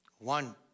One